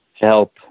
help